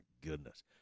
goodness